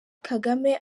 kagame